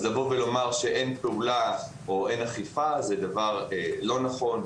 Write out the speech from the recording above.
לבוא ולומר שאין פעולה או אין אכיפה זה דבר לא נכון,